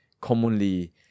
commonly